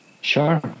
Sure